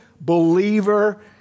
believer